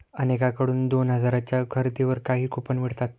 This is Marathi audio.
अनेकांकडून दोन हजारांच्या खरेदीवर काही कूपन मिळतात